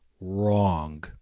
wrong